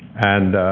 and